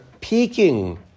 peaking